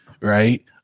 Right